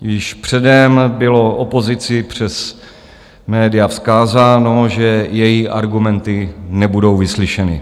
Již předem bylo opozici přes média vzkázáno, že její argumenty nebudou vyslyšeny.